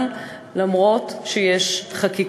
גם למרות העובדה שיש חקיקה.